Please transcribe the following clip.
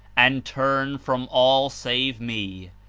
and turn from all save me,